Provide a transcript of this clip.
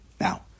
Now